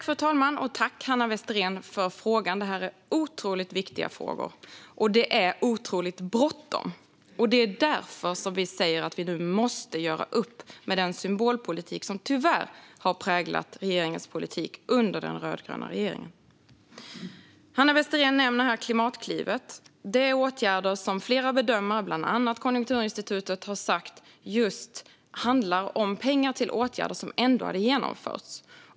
Fru talman! Tack, Hanna Westerén, för frågorna, som är väldigt viktiga! Det är otroligt bråttom. Därför säger vi nu att vi måste göra upp med den symbolpolitik som tyvärr har präglat den rödgröna regeringens politik. Hanna Westerén nämner Klimatklivet. Flera bedömare, bland andra Konjunkturinstitutet, har sagt att det handlar om pengar till åtgärder som ändå hade genomförts.